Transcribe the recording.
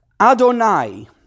Adonai